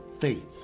faith